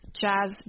jazz